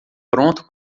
pronto